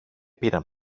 πήραν